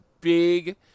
big